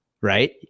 right